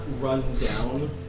run-down